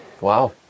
Wow